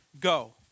Go